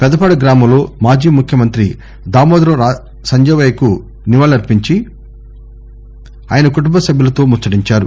పెద పాడు గ్రామంలో మాజీ ముఖ్యమంత్రి దామోదరం సంజీవయ్యకు నివాళి అర్పించి ఆయన కుటుంబ సభ్యులతో ముచ్చటించారు